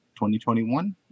2021